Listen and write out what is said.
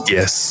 Yes